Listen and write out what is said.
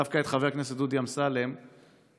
דווקא את חבר הכנסת דודי אמסלם, שנלחם,